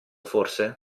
forse